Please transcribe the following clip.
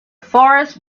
forest